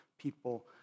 people